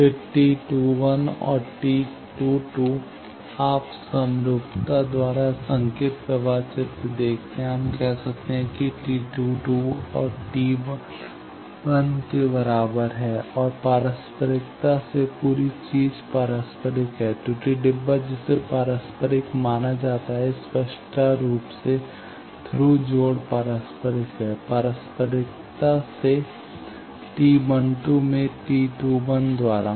फिर T 21 और T 22 आप समरूपता द्वारा संकेत प्रवाह चित्र देखते हैं हम कह सकते हैं कि T 22 T 11 के बराबर है और पारस्परिकता से पूरी चीज पारस्परिक है त्रुटि डब्बा जिसे पारस्परिक माना जाता है स्पष्ट रूप से थ्रू जोड़ पारस्परिक है पारस्परिकता से T 12 में T 21 द्वारा